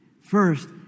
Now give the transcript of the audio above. First